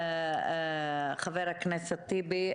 חבר הכנסת טיבי,